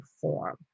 form